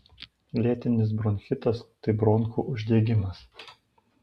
lėtinis bronchitas tai bronchų uždegimas